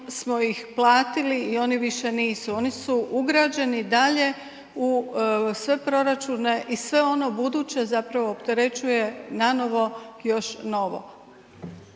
smo ih platili i oni više nisu, oni su ugrađeni dalje u sve proračunu i sve ono buduće zapravo opterećuje nanovo još novo.